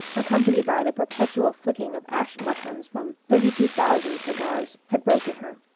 accompanied by the perpetual flicking of ash-mushrooms from thirty-two thousand cigars, had broken her.